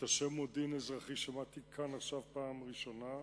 את השם "מודיעין אזרחי" שמעתי כאן עכשיו בפעם הראשונה,